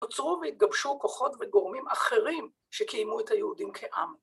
‫נוצרו והתגבשו כוחות וגורמים אחרים ‫שקיימו את היהודים כעם.